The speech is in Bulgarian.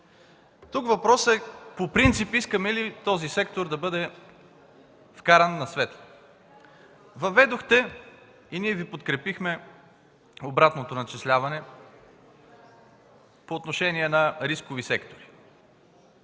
Тук въпросът е: по принцип искаме ли този сектор да бъде вкаран на светло? Въведохте и ние Ви подкрепихме обратното начисляване по отношение на рискови сектори.